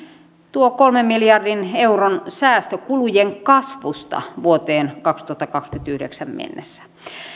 tuo kolmen miljardin euron säästö kulujen kasvusta vuoteen kaksituhattakaksikymmentäyhdeksän mennessä